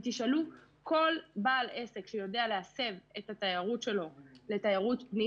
ותשאלו כל בעל עסק שיודע להסב את התיירות שלו תיירות פנים